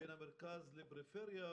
בין המרכז לפריפריה,